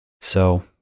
So-